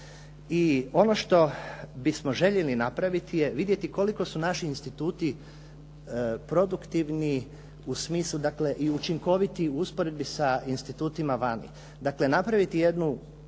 i ono što bismo željeli napraviti je vidjeti koliko su naši instituti produktivni u smislu, dakle i učinkoviti u usporedbi sa institutima vani. Dakle, napraviti jednu